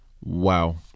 Wow